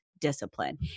discipline